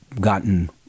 gotten